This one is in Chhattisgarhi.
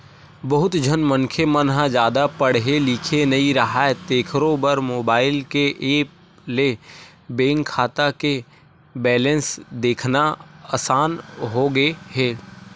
बहुत झन मनखे मन ह जादा पड़हे लिखे नइ राहय तेखरो बर मोबईल के ऐप ले बेंक खाता के बेलेंस देखना असान होगे हे